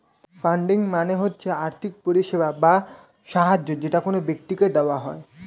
funding মানে হচ্ছে আর্থিক পরিষেবা বা সাহায্য যেটা কোন ব্যক্তিকে দেওয়া হয়